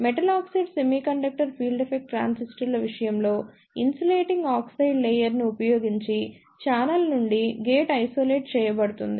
metal oxide semiconductor field effect ట్రాన్సిస్టర్ల విషయంలో insulating oxide layer ను ఉపయోగించి ఛానెల్ నుండి గేట్ ఐసోలేట్ చేయబడుతుంది